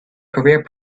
career